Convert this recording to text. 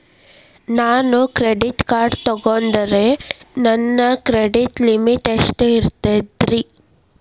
ನಾನು credit card ತೊಗೊಂಡ್ರ ನನ್ನ ಕ್ರೆಡಿಟ್ ಲಿಮಿಟ್ ಎಷ್ಟ ಇರ್ತದ್ರಿ?